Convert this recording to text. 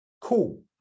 Cool